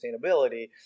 sustainability